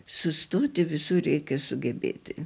sustoti visur reikia sugebėti